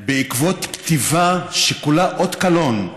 בעקבות כתיבה, שכולה אות קלון,